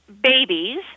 babies